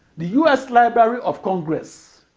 the u s. library of congress